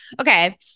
Okay